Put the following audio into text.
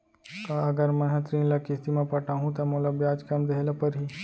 का अगर मैं हा ऋण ल किस्ती म पटाहूँ त मोला ब्याज कम देहे ल परही?